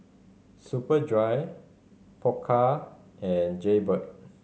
Superdry Pokka and Jaybird